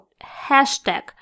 hashtag